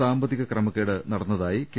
സാമ്പത്തിക ക്രമക്കേട് നടന്നതായി ക്കെ